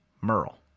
Merle